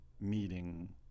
meeting